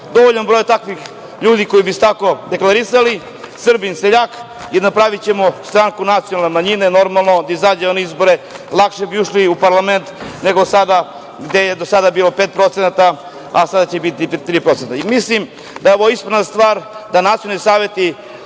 dovoljan broj takvih ljudi koji se tako deklarisali Srbin seljak i napravićemo stranku nacionalne manjine, normalno, da izađemo na izbore, lakše bi ušli i u parlament, nego sada gde je do sada bilo 5%, a sada će biti 3%.Mislim da je ovo ispravna stvar da nacionalni saveti